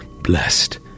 blessed